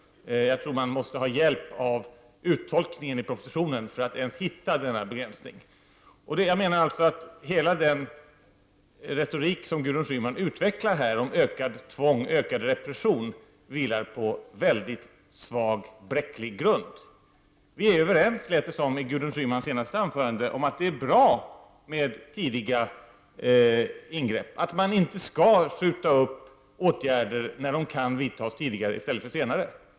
Jag tror att man måste ha hjälp med uttolkningen av propositionen för att ens hitta denna lilla skillnad. Hela den retorik som Gudrun Schyman utvecklar här om ökat tvång och ökad repression vilar på svag och bräcklig grund. Det lät i Gudrun Schymans senaste anförande som om vi var överens om att det är bra med tidiga ingripanden. Man skall inte skjuta upp åtgärder, när de kan vidtas tidigare istället för senare.